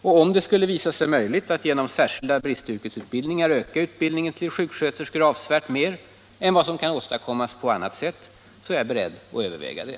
Om det skulle visa sig möjligt att genom särskilda bristyrkesutbildningar öka utbildningen till sjuksköterskor avsevärt mer än vad som kan åstadkommas på annat sätt, är jag beredd att överväga det.